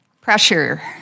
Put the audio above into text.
Pressure